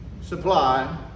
supply